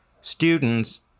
Students